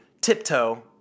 tiptoe